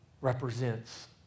represents